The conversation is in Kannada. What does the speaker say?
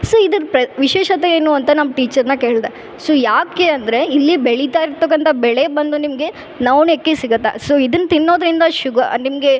ಸೊ ಇದ್ರೆ ಪ್ರ ವಿಶೇಷತೆ ಏನು ಅಂತ ನಮ್ಮ ಟೀಚರ್ನ ಕೇಳಿದೆ ಸೊ ಯಾಕೆ ಅಂದರೆ ಇಲ್ಲಿ ಬೆಳಿತ ಇರ್ತಕಂಥ ಬೆಳೆ ಬಂದು ನಿಮಗೆ ನವ್ನೆಕ್ಕಿ ಸಿಗತ್ತೆ ಸೊ ಇದನ್ನ ತಿನ್ನೋದರಿಂದ ಶುಗ ನಿಮಗೆ